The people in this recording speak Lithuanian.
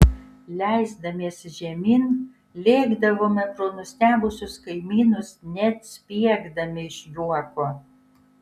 leisdamiesi žemyn lėkdavome pro nustebusius kaimynus net spiegdami iš juoko